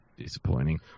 Disappointing